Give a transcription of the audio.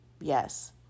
yes